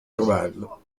trovarlo